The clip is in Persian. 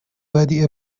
ودیعه